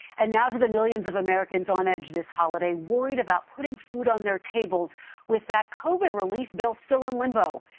and now to the millions of americans on edge this holiday, worried about putting food on their tables with that covid relief bill still in limbo.